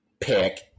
pick